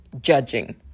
judging